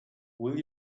will